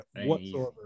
whatsoever